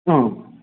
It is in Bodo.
औ